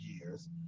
years